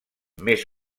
més